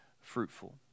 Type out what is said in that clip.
fruitful